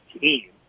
team